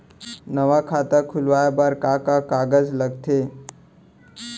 नवा खाता खुलवाए बर का का कागज लगथे?